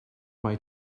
mae